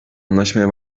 anlaşmaya